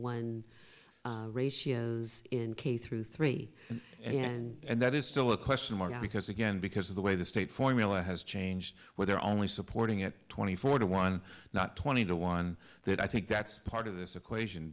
one ratios in k through three and that is still a question mark because again because of the way the state formula has changed where they're only supporting it twenty four to one not twenty to one that i think that's part of this equation